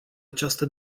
această